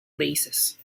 places